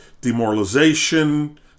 demoralization